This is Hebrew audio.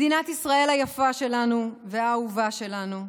מדינת ישראל היפה שלנו והאהובה שלנו,